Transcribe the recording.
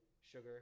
sugar